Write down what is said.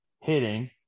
hitting